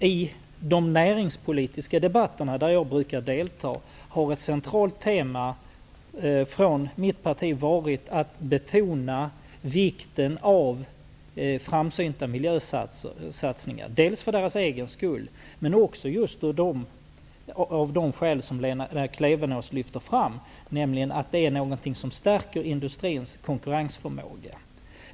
I de näringspolitiska debatterna, där jag brukar delta, har ett centralt tema för mitt parti varit att betona vikten av framsynta miljösatsningar, dels för deras egen skull, dels av det skäl som Lena Klevenås lyfter fram, nämligen att de stärker industrins konkurrensförmåga.